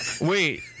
Wait